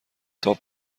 تاپ